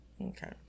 Okay